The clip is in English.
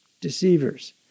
deceivers